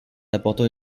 apportant